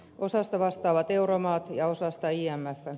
osasta vastaavat euromaat ja osasta imf